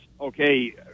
okay